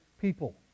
people